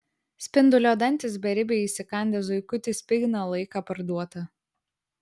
spindulio dantys beribiai įsikandę zuikutį spigina laiką parduotą